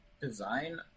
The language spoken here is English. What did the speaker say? design